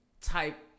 type